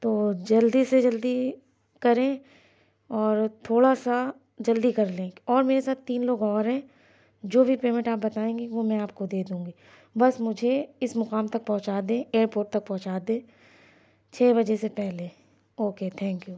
تو جلدی سے جلدی کریں اور تھوڑا سا جلدی کر لیں اور میرے ساتھ تین لوگ اور ہیں جو بھی پیمنٹ آپ بتائیں گے وہ میں آپ کو دے دوں گی بس مجھے اِس مقام تک پہنچا دیں ایئر پورٹ تک پہنچا دیں چھ بجے سے پہلے اوکے تھینک یو